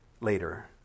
later